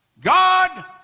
God